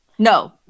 No